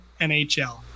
NHL